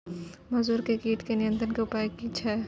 मसूर के कीट के नियंत्रण के उपाय की छिये?